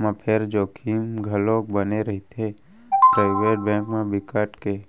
म फेर जोखिम घलोक बने रहिथे, पराइवेट बेंक म बिकट के